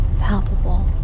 palpable